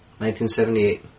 1978